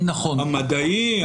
המדעי,